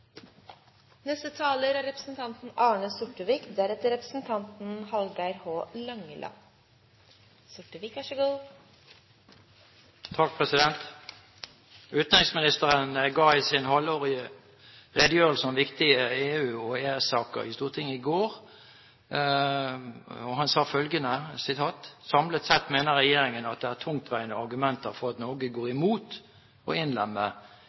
Utenriksministeren ga sin halvårlige redegjørelse om viktige EU- og EØS-saker i Stortinget i går. Han sa følgende: «Samlet sett mener regjeringen at det er tungtveiende argumenter for at Norge går imot å innlemme